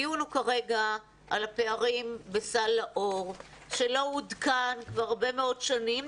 הדיון הוא כרגע על הפערים בסל לאור שלא עודכן כבר הרבה מאוד שנים.